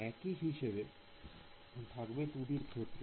একি হিসেবে থাকবে 2 D র ক্ষেত্রে